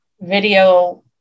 video